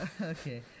Okay